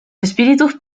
espíritus